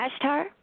Ashtar